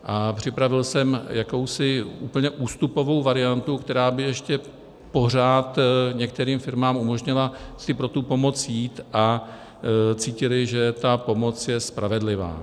A připravil jsem jakousi úplně ústupovou variantu, která by ještě pořád některým firmám umožnila si pro tu pomoc jít, a cítily, že ta pomoc je spravedlivá.